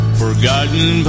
forgotten